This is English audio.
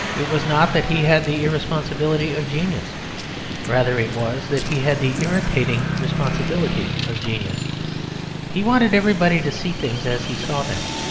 it was not that he had the irresponsibility of genius rather it was that he had the irritating responsibility of genius he wanted everybody to see things as he saw them.